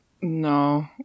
No